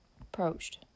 approached